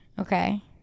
Okay